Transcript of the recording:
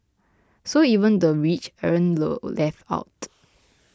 so even the rich aren't left out